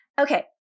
okay